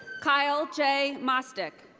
kyle j. mostik.